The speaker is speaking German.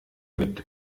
mit